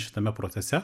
šitame procese